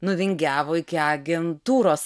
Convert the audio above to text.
nuvingiavo iki agentūros